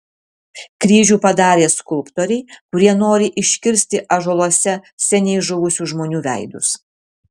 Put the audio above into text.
kryžių padarė skulptoriai kurie nori iškirsti ąžuoluose seniai žuvusių žmonių veidus